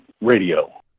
Radio